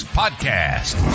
podcast